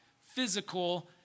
physical